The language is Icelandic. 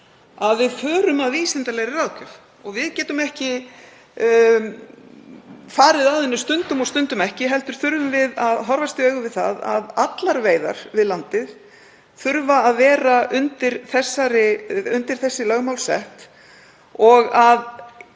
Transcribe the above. að við förum að vísindalegri ráðgjöf. Við getum ekki farið að henni stundum og stundum ekki, heldur þurfum við að horfast í augu við það að allar veiðar við landið þurfa að vera undir þessi lögmál sett og að